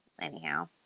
anyhow